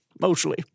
Mostly